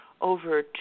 over